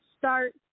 start